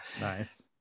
Nice